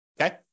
okay